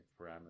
parameters